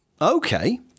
Okay